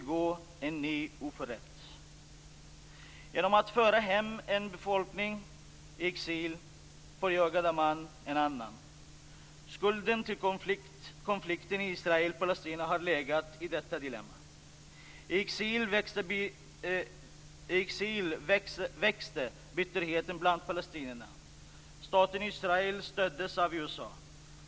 Genom att föra hem en befolkning i exil, förjagade man en annan. Orsaken till konflikten Israel-Palestina har legat i detta dilemma. I exil växte bitterheten bland palestinierna. Staten Israel stöddes av USA.